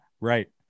right